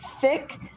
thick